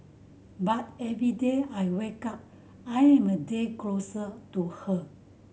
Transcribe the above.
but every day I wake up I am a day closer to her